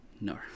No